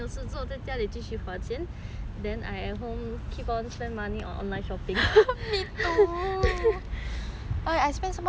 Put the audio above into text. then I at home keep on spend money on online shopping